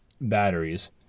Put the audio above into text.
batteries